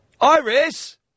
Iris